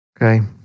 Okay